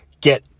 get